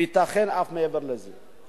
וייתכן אף מעבר אליו".